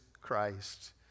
Christ